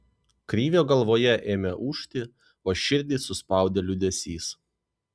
krivio galvoje ėmė ūžti o širdį suspaudė liūdesys